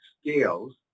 scales